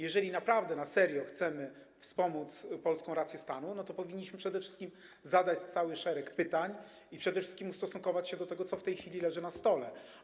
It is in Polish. Jeżeli naprawdę, na serio chcemy wspomóc polską rację stanu, to powinniśmy przede wszystkim zadać cały szereg pytań i przede wszystkim ustosunkować się do tego, co w tej chwili leży na stole.